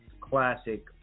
classic